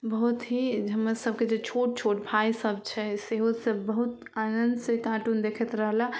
बहुत ही हमरासभके जे छोट छोट भाइसभ छै सेहो सभ बहुत आनन्दसे कार्टून देखैत रहलाह